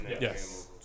Yes